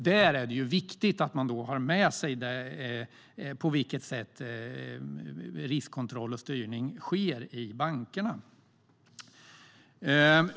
Där är det viktigt att ha med sig på vilket sätt riskkontroll och styrning sker i bankerna.